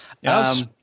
yes